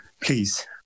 Please